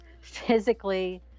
physically